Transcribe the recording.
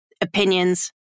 opinions